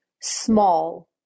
small